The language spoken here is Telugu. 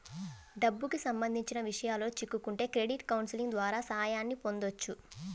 డబ్బుకి సంబంధించిన విషయాల్లో చిక్కుకుంటే క్రెడిట్ కౌన్సిలింగ్ ద్వారా సాయాన్ని పొందొచ్చు